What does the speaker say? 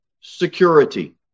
security